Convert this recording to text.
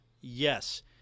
Yes